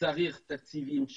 צריך תקציבים,